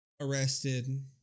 arrested